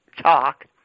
talk